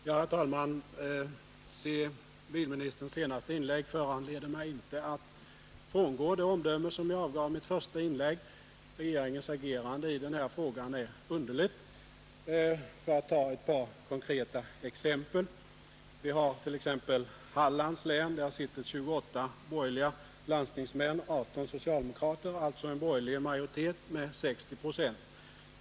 Herr talman! Civilministerns senaste inlägg föranleder mig inte att frångå det omdöme som jag avgav i mitt första anförande: Regeringens agerande i den här frågan är underligt. Får jag ta ett par konkreta exempel. I Hallands län sitter 28 borgerliga landstingsmän och 18 socialdemokrater — alltså en borgerlig majoritet med 60 procent.